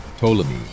Ptolemy